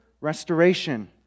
restoration